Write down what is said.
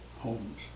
Homes